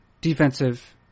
defensive